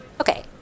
Okay